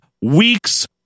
weeks